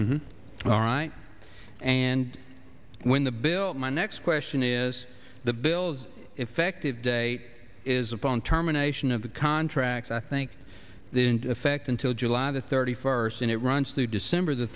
all right and when the bill my next question is the bill's effective date is upon terminations of the contracts i think the into effect until july the thirty first and it runs through december the